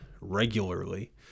regularly